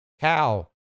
cow